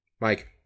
Mike